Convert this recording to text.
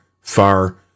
far